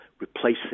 replacing